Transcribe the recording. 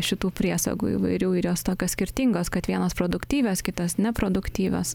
šitų priesagų įvairių ir jos tokios skirtingos kad vienos produktyvios kitos neproduktyvios